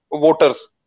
voters